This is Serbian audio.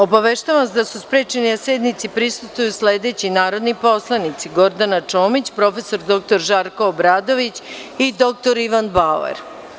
Obaveštavam vas da su sprečeni da sednici prisustvuju sledeći narodni poslanici: Gordana Čomić, prof. dr Žarko Obradović i dr Ivan Bauer.